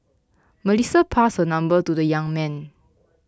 Melissa passed her number to the young man